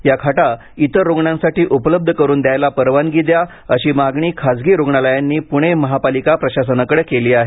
या खाटा इतर रुग्णांसाठी उपलब्ध करून द्यायला परवानगी द्या अशी मागणी खासगी रुग्णालयांनी पुणे महापालिका प्रशासनाकडे केली आहे